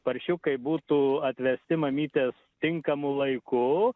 paršiukai būtų atvesti mamytės tinkamu laiku